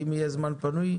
שוב, אם יהיה זמן פנוי,